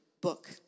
book